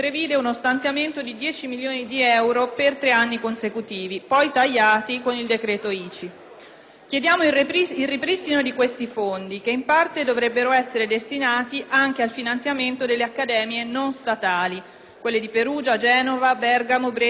all'abolizione dell'ICI. Chiediamo il ripristino di questi fondi, che in parte dovrebbero essere destinati anche al finanziamento delle accademie non statali: Perugia, Genova, Bergamo, Brescia e Ravenna, che attualmente versano in una situazione di grave crisi economica.